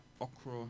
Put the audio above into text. okra